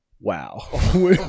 Wow